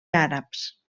àrabs